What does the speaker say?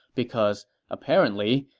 because apparently,